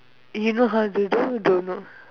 you know how to do don't know